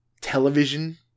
television